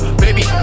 baby